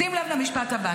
שים לב למשפט הבא,